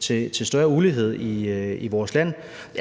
til større ulighed i vores land,